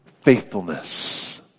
faithfulness